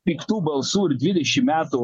piktų balsų ir dvidešim metų